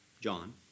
John